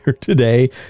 today